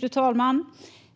Fru talman!